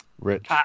Rich